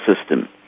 system